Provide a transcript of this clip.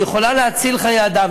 והיא יכולה להציל חיי אדם,